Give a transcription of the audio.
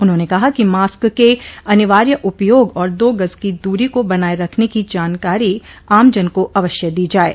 उन्होंने कहा कि मास्क के अनिवार्य उपयोग और दो गज की दूरी को बनाये रखने की जानकारी आमजन को अवश्य दी जाये